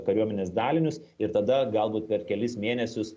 kariuomenės dalinius ir tada galbūt per kelis mėnesius